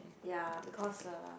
ya because uh